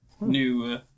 new